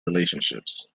relationships